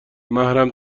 محرم